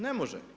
Ne može.